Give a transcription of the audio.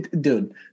dude